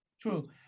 True